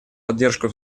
поддержку